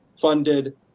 funded